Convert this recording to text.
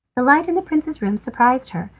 the light in the prince's room surprised her,